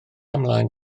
ymlaen